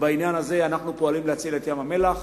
בעניין הזה אנחנו פועלים להציל את ים-המלח.